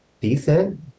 decent